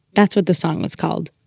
that's what the song was called,